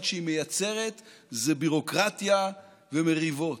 שהיא מייצרת זה ביורוקרטיה ומריבות.